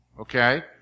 Okay